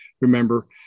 Remember